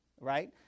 right